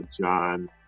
John